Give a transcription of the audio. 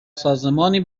سازمانی